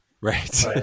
right